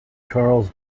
charles